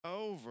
over